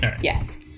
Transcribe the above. Yes